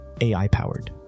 AI-powered